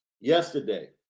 yesterday